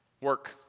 work